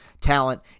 talent